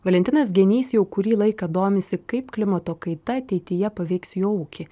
valentinas genys jau kurį laiką domisi kaip klimato kaita ateityje paveiks jo ūkį